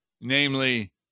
namely